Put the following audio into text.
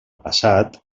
passat